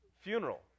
funeral